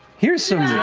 here's some